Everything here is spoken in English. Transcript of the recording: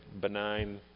benign